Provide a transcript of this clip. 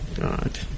God